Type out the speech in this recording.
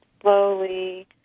slowly